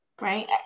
right